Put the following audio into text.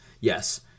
Yes